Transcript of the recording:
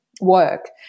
work